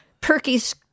Perky's